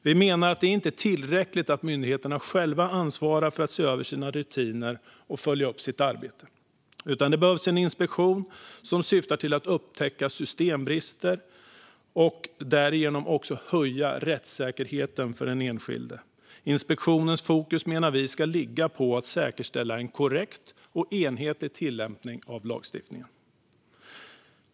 Vi menar att det inte är tillräckligt att myndigheterna själva ansvarar för att se över sina rutiner och följa upp sitt arbete utan att det behövs en inspektion med syfte att upptäcka systembrister och därigenom höja rättssäkerheten för den enskilde. Vi menar att inspektionens fokus ska ligga på att säkerställa en korrekt och enhetlig tillämpning av lagstiftningen.